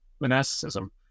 monasticism